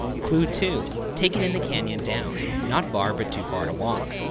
clue two, take it in the canyon down, not far, but too far to walk.